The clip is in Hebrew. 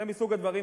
זה מסוג הדברים,